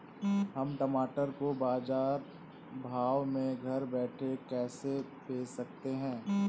हम टमाटर को बाजार भाव में घर बैठे कैसे बेच सकते हैं?